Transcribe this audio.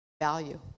value